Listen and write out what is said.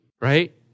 right